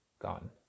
gone